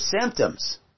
symptoms